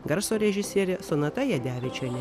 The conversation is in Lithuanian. garso režisierė sonata jadevičienė